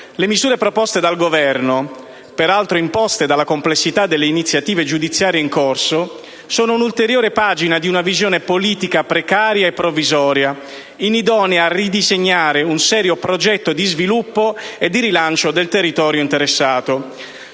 le misure proposte dal Governo - peraltro imposte dalla complessità delle iniziative giudiziarie in corso - sono un'ulteriore pagina di una visione politica precaria e provvisoria, inidonea a ridisegnare un serio progetto di sviluppo e di rilancio del territorio interessato.